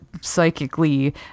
psychically